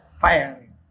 firing